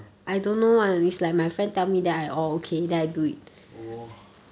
oh